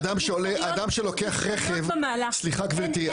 אדם שלוקח רכב, סליחה גברתי.